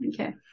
Okay